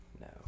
No